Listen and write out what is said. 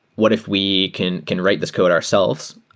what if we can can write this code ourselves?